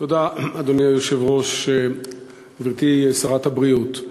אדוני היושב-ראש, תודה, גברתי שרת הבריאות,